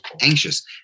anxious